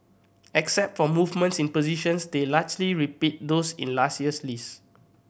except for movements in positions they largely repeat those in last year's list